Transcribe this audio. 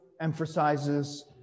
emphasizes